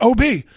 OB